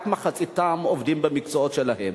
רק מחציתם עובדים במקצועות שלהם.